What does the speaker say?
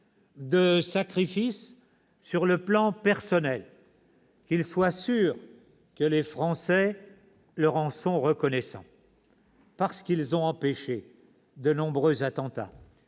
de sacrifices sur le plan personnel. Qu'ils soient sûrs que les Français leur en sont reconnaissants, parce qu'ils ont empêché de nombreux attentats